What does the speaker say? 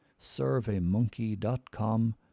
surveymonkey.com